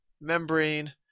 membrane